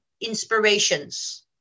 inspirations